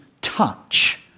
touch